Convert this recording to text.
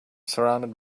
surrounded